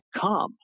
come